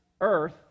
earth